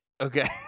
okay